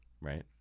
Right